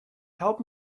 help